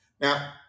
Now